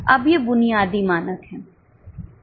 अब ये बुनियादी मानक है